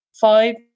five